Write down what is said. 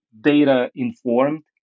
data-informed